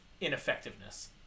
ineffectiveness